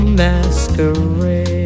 masquerade